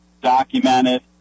documented